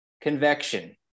convection